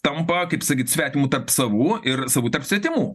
tampa kaip sakyt svetimu tarp savų ir savu tarp svetimų